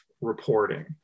reporting